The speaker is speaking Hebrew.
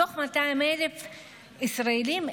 מתוך 200,000 ישראלים,